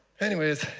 anyways,